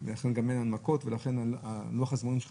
אני דווקא רוצה לדבר על הנתונים שאדוני ביקש לאורך הישיבה.